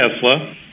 Tesla